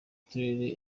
turere